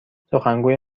سخنگوی